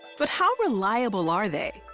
but how reliable are they?